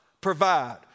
provide